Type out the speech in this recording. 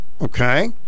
Okay